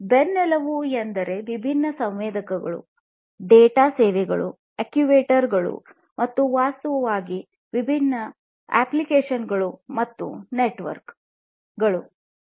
ಬೆನ್ನೆಲುಬು ಎಂದರೆ ವಿಭಿನ್ನ ಸಂವೇದಕಗಳು ಡೇಟಾ ಸೇವೆಗಳು ಅಕ್ಚುಯೇಟರ್ ಗಳು ಮತ್ತು ವಾಸ್ತವವಾಗಿ ವಿಭಿನ್ನ ಅಪ್ಲಿಕೇಶನ್ಗಳು ಮತ್ತು ನೆಟ್ವರ್ಕ್ಗಳು ಆಗಿವೆ